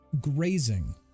Grazing